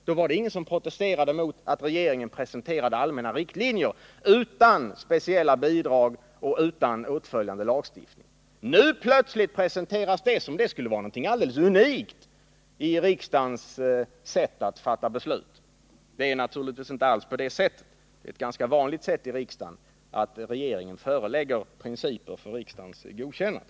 Då var det ingen som protesterade mot att regeringen presenterade allmänna riktlinjer utan speciella anslag och utan åtföljande lagstiftning. Nu plötsligt presenteras det som om det skulle vara något alldeles unikt i riksdagens arbete. Det är naturligtvis inte alls på det sättet. Det är ganska vanligt att regeringen förelägger riksdagen principer för godkännande.